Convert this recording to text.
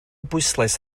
bwyslais